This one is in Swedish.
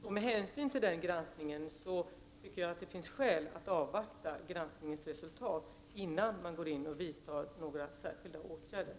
Jag tycker därför att det finns skäl att avvakta granskningens resultat innan man går in och vidtar några särskilda åtgärder.